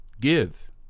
Give